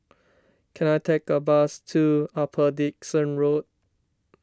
can I take a bus to Upper Dickson Road